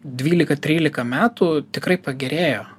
dvylika trylika metų tikrai pagerėjo